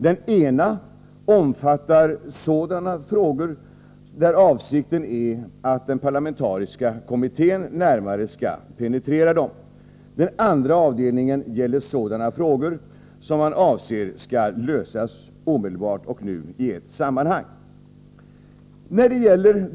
Den ena omfattar sådana frågor som den parlamentariska kommittén närmare skall penetrera. Den andra avdelningen gäller sådana frågor som man anser skall lösas omedelbart och i ett sammanhang.